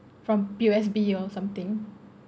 from P_O_S_B or something